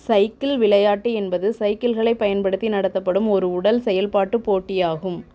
cycle விளையாட்டு என்பது சைக்கிள்களைப் பயன்படுத்தி நடத்தப்படும் ஒரு உடல் செயல்பாட்டுப் போட்டியாகும்